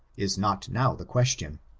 is not now the question.